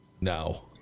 Now